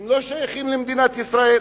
הם לא שייכים למדינת ישראל,